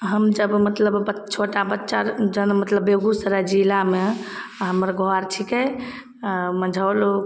हम जब मतलब छोटा बच्चा जहन मतलब बेगूसराय जिलामे हमर घर छिकै मझौल